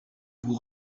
vous